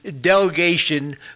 delegation